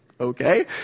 Okay